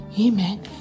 amen